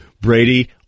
Brady